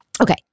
Okay